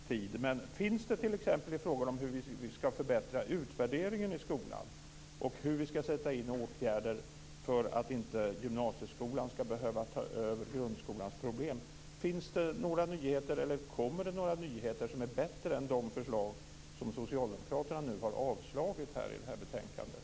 Men finns det några nyheter t.ex. i frågan om hur vi skall förbättra utvärderingen i skolan och hur vi skall sätta in åtgärder för att inte gymnasieskolan skall behöva ta över grundskolans problem? Finns det några nyheter, eller kommer det några nyheter som är bättre än de förslag som socialdemokraterna nu har avslagit i det här betänkandet?